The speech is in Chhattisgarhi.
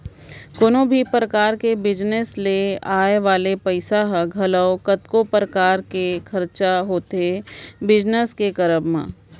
कोनो भी परकार के बिजनेस ले आय वाले पइसा ह घलौ कतको परकार ले खरचा होथे बिजनेस के करब म